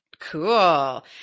Cool